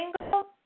single